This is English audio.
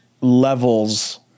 levels